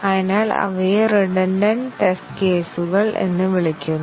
അതിനാൽ അവയെ redundant test കേസുകൾ എന്ന് വിളിക്കുന്നു